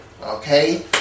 okay